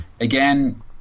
again